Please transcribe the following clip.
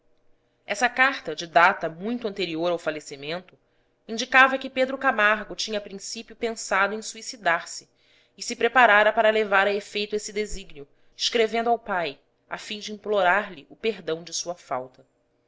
essa carta de data muito anterior ao falecimento indicava que pedro camargo tinha a princípio pensado em suicidar-se e se preparara para levar a efeito esse desígnio escrevendo ao pai a fim de implorar lhe o perdão de sua falta